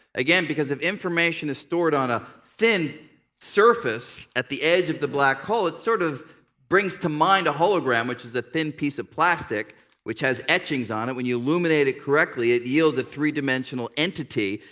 again, because if information is stored on a thin surface at the edge of the black hole, it sort of brings to mind a hologram, which is a thin piece of plastic which has etchings on it. when you illuminate it correctly it yields a three-dimensional entity.